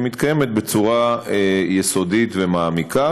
והיא מתקיימת בצורה יסודית ומעמיקה,